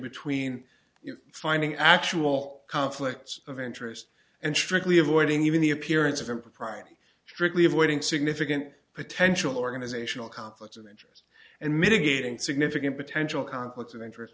between you finding actual conflicts of interest and strictly avoiding even the appearance of impropriety strictly avoiding significant potential organizational conflicts of interest and mitigating significant potential conflicts of interest